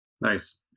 Nice